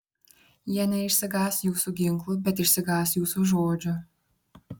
jie neišsigąs jūsų ginklų bet išsigąs jūsų žodžių